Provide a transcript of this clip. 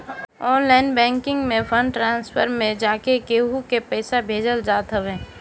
online banking में fund transfer में जाके केहू के पईसा भेजल जात हवे